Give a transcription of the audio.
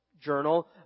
journal